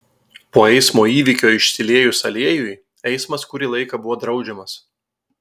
po eismo įvykio išsiliejus aliejui eismas kurį laiką buvo draudžiamas